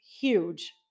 huge